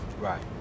right